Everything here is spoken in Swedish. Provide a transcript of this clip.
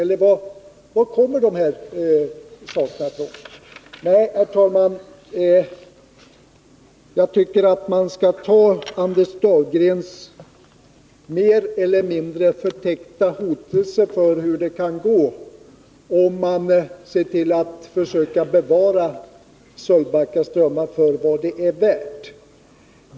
Nej, herr talman, jag tycker att man skall ta Anders Dahlgrens mer eller mindre förtäckta hotelse om hur det kan gå om man försöker bevara Sölvbacka strömmar för vad den är värd.